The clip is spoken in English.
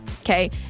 okay